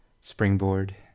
springboard